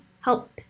help